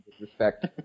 respect